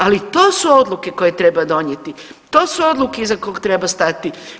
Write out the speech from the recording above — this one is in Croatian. Ali to su odluke koje treba donijeti, to su odluke iza kog treba stati.